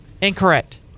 Incorrect